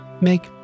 make